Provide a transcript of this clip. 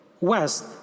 west